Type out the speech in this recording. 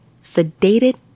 sedated